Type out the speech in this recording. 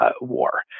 war